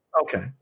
Okay